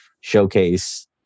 showcase